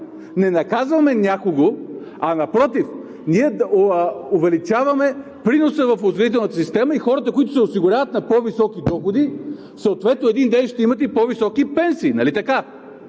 не наказваме някого, напротив, ние увеличаваме приноса в осигурителната система и хората, които се осигуряват на по-високи доходи, един ден ще имат по-високи пенсии,